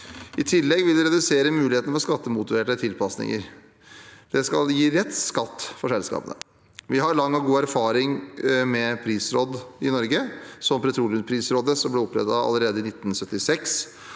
I tillegg vil det redusere muligheten for skattemotiverte tilpasninger. Det skal gi rett skatt for selskapene. Vi har lang og god erfaring med prisråd i Norge – som petroleumsprisrådet, som ble opprettet allerede i 1976.